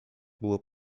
było